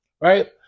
Right